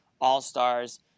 all-stars